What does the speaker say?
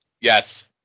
Yes